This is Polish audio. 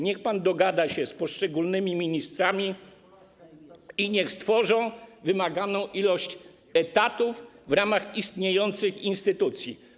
Niech pan dogada się z poszczególnymi ministrami i niech stworzą wymaganą liczbę etatów w ramach istniejących instytucji.